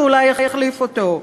שאולי יחליף אותו.